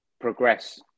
progress